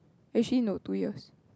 actually no two years